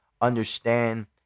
understand